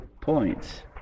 points